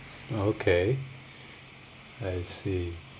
oh okay I see